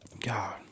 God